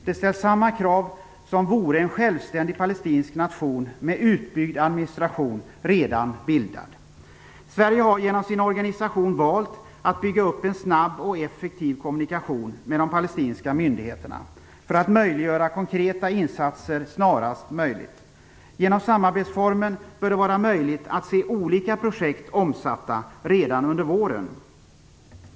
Det ställs samma krav, som vore en självständig palestinsk nation med utbyggd administration redan bildad. Sverige har genom sin organisation valt att bygga upp en snabb och effektiv kommunikation med de palestinska myndigheterna, för att möjliggöra konkreta insatser snarast möjligt. Genom samarbetsformen bör det vara möjligt att se olika projekt omsatta redan under våren.